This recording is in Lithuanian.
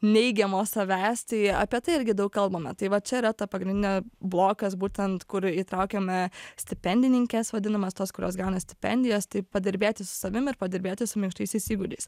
neigiamo savęs tai apie tai irgi daug kalbame tai va čia yra ta pagrindinė blokas būtent kur įtraukiame stipendininkės vadinamos tos kurios gauna stipendijas tai padirbėti su savim ir padirbėti su minkštaisiais įgūdžiais